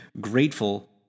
grateful